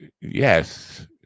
yes